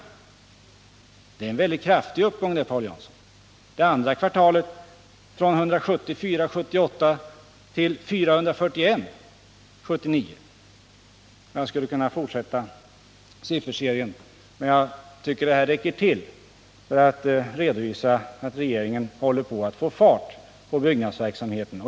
Det är en mycket kraftig uppgång, Paul Jansson. För andra kvartalet är siffrorna 174 mot 471. Så kan man fortsätta sifferserien, men jag tycker detta räcker för att redovisa att regeringen håller på att få fart på byggnadsverksamheten.